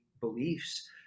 beliefs